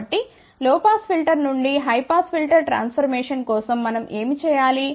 కాబట్టి low pass filter నుండి high pass filter transformation కోసం మనం ఏమి చేయాలి